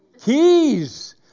Keys